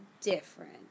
different